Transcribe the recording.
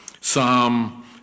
Psalm